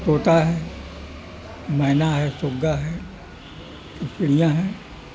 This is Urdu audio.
طوطا ہے مینا ہے سگا ہے اور چڑیاں ہیں